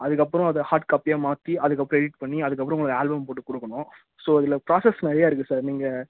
அதுக்கப்புறம் அதை ஹாட் காப்பியாக மாற்றி அதுக்கப்புறம் எடிட் பண்ணி அதுக்கப்புறம் உங்களுக்கு ஆல்பம் போட்டுக் கொடுக்கணும் ஸோ இதில் ப்ராஸஸ் நிறையா இருக்குது சார் நீங்கள்